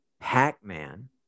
pac-man